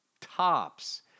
Tops